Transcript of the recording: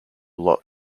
lot